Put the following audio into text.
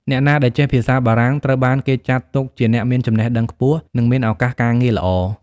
អ្នកណាដែលចេះភាសាបារាំងត្រូវបានគេចាត់ទុកជាអ្នកមានចំណេះដឹងខ្ពស់ និងមានឱកាសការងារល្អ។